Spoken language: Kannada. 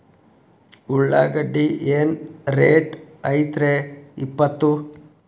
ಉಳ್ಳಾಗಡ್ಡಿ ಏನ್ ರೇಟ್ ಐತ್ರೇ ಇಪ್ಪತ್ತು?